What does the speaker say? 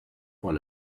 one